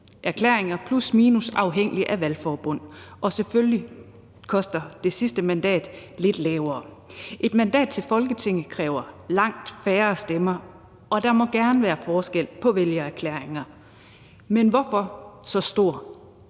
kr. stemmer, plus/minus afhængigt af valgforbund, og selvfølgelig kræver det sidste mandat lidt færre. Et mandat til Folketinget kræver langt færre stemmer. Der må gerne være forskel på vælgererklæringer, men hvorfor så stor